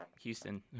Houston